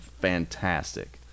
fantastic